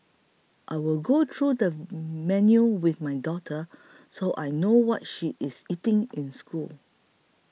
I will go through the menu with my daughter so I know what she is eating in school